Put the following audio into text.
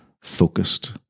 focused